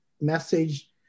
message